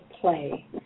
play